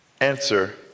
answer